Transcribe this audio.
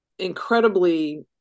incredibly